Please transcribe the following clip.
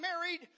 married